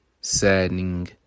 saddening